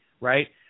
right